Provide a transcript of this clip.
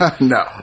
No